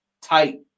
tight